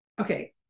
Okay